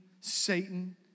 Satan